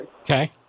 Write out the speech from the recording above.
Okay